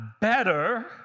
better